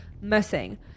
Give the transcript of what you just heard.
missing